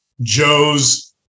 joe's